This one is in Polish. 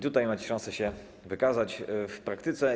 Tutaj macie szansę się wykazać w praktyce.